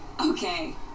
Okay